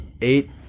eight